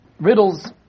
Riddles